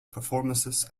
performances